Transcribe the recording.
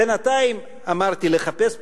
בינתיים אמרתי: לחפש פתרונות,